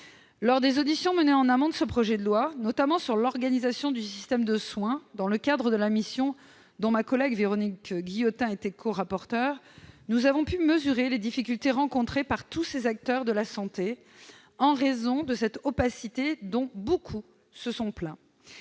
Lors des auditions menées en amont de ce projet de loi, notamment sur l'organisation du système de soins, dans le cadre de la mission dont ma collègue Véronique Guillotin était corapporteur, nous avons pu mesurer les difficultés rencontrées par tous les acteurs de la santé en raison de cette opacité, dont beaucoup se sont plaints.